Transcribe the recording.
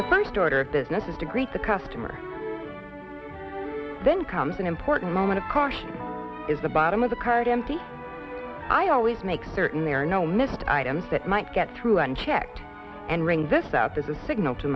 the first order of business is to greet the customer then comes an important moment of course is the bottom of the card empty i always make certain there are no missed items that might get through unchecked and ring this out this is a signal to